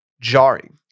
Jarring